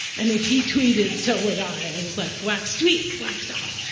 and if he tweeted, so would i. i was like, wax tweet, wax off.